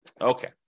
Okay